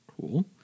Cool